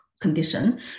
condition